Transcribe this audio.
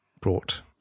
brought